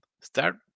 start